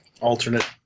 alternate